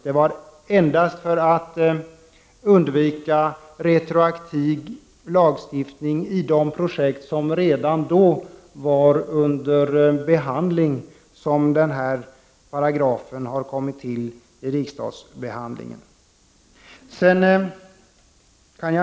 Det var endast för att undvika retroaktiv lagstiftningi de projekt som redan då var under behandling som den här paragrafen har kommit till vid riksdagsbehandlingen.